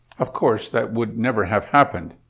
of course, that would never have happened,